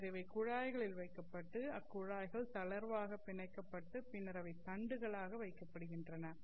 பின்னர் இவை குழாய்களில் வைக்கப்பட்டு அக்குழாய்கள் தளர்வாக பிணைக்கப்பட்டு பின்னர் அவை தண்டுகளாக வைக்கப்படுகின்றன